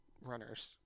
runners